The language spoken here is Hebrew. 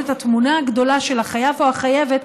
את התמונה הגדולה של החייב או החייבת,